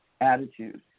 attitude